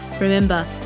Remember